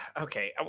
Okay